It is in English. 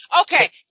okay